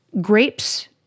grapes